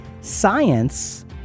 science